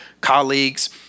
colleagues